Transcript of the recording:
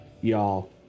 y'all